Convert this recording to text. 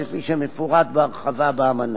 הכול כפי שמפורט בהרחבה באמנה.